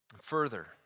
Further